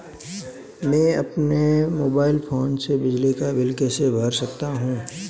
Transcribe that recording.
मैं अपने mobile phone से बिजली का बिल कैसे चेक करूं?